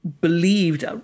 believed